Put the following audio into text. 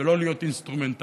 ולא להיות אינסטרומנטלי.